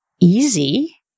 easy